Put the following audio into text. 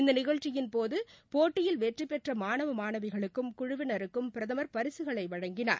இந்த நிகழ்ச்சியின்போது போட்டியில் வெற்றிபெற்ற மாணவ மாணவிகளுக்கும் குழுவினருக்கும் பிரதமர் பரிசுகளை வழங்கினார்